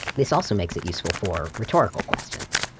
this also makes it useful for rhetorical questions,